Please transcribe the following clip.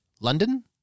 London